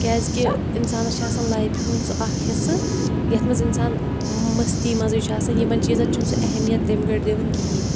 کیٛازِکہِ اِنسانَس چھِ آسان لایفہِ ہُنٛد سُہ اَکھ حِصہٕ یَتھ منٛز اِنسان مٔستی منٛزٕے چھُ آسان یِمَن چیٖزَن چھُنہٕ سُہ اہمیت تَمہِ گٔڑۍ دِوان کِہیٖنۍ